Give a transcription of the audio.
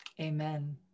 Amen